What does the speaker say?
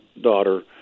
daughter